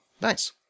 Nice